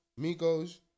Migos